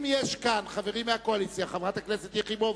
אם יש כאן חברים מהקואליציה, חברת הכנסת יחימוביץ,